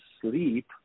sleep